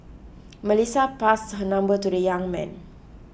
Melissa passed her number to the young man